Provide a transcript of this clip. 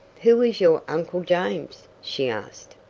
who is your uncle james? she asked.